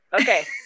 Okay